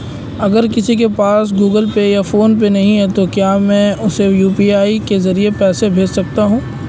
अगर किसी के पास गूगल पे या फोनपे नहीं है तो क्या मैं उसे यू.पी.आई के ज़रिए पैसे भेज सकता हूं?